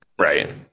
Right